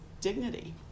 dignity